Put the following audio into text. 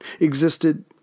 existed